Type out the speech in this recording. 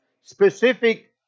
specific